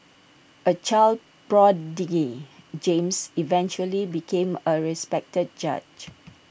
A child prodigy James eventually became A respected judge